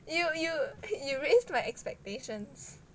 you you you raised my expectations